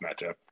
matchup